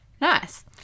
Nice